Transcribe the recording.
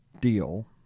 deal